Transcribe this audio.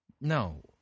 No